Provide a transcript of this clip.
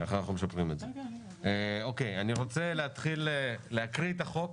אני מבקש שנתחיל בהקראה,